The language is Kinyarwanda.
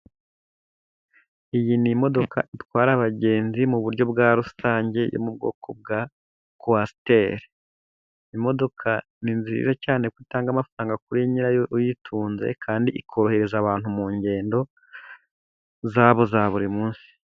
Iyi ni imodoka itwara abagenzi mu buryo bwa rusange yo mu bwoko bwa kwasiteri. Imodoka ni nziza cyane kuko itanga amafaranga kuri nyirayo uyitunze, kandi ikorohereza abantu mu ngendo zabo za buri munsi.